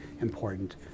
important